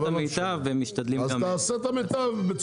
משתדלים ועושים את המיטב.